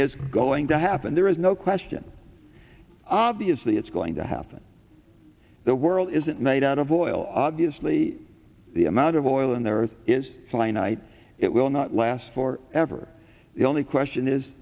is going to happen there is no question obviously it's going to happen the world isn't made out of oil obviously the amount of oil in there earth is finite it will not last for ever the only question is